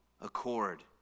accord